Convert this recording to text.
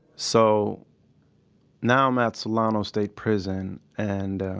so now i'm at solano state prison and